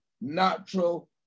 natural